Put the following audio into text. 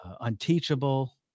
unteachable